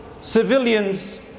civilians